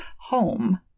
home